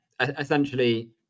essentially